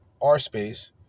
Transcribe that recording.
rspace